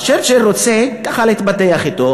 אז צ'רצ'יל רוצה ככה להתבדח אתו,